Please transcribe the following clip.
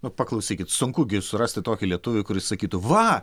nu paklausykit sunku gi surasti tokį lietuvį kuris sakytų va